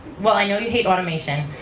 well i know you hate automation.